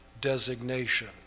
designation